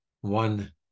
one